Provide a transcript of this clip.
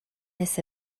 this